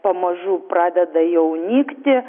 pamažu pradeda jau nykti